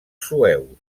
sueus